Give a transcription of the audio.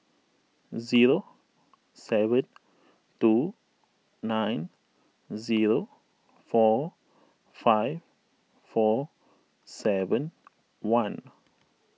zero seven two nine zero four five four seven one